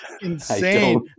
insane